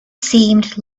seemed